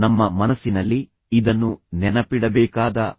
ನಮ್ಮ ಮನಸ್ಸಿನಲ್ಲಿ ಇದನ್ನು ನೆನಪಿಡಬೇಕಾದ ಒಂದು ಪ್ರಮುಖ ವಿಷಯವಾಗಿದೆ